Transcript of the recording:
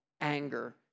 anger